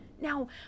Now